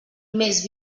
més